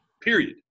period